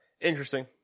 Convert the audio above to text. interesting